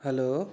hello